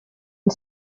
une